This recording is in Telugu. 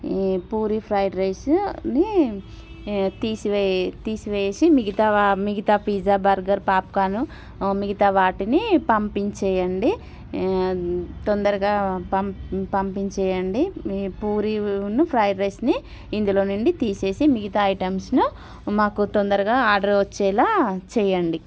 పూరి ఫ్రైడ్ రైస్ని తీసివేయి తీసివేసి మిగతా వా మిగతా పిజ్జా బర్గర్ పాప్కార్న్ మిగతా వాటిని పంపించేయండి తొందరగా పంప్ పంపించేయండి ఈ పూరిను ఫ్రైడ్ రైస్ని ఇందులో నుండి తీసేసి మిగతా ఐటమ్స్ను మాకు తొందరగా ఆర్డర్ వచ్చేలా చేయండి